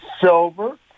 silver